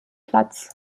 platz